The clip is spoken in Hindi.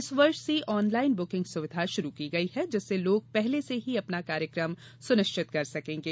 इस वर्ष से ऑनलाइन बुकिंग सुविधा शुरू की गई है जिससे लोग पहले से ही अपना कार्यक्रम सुनिश्चित कर सकेंगे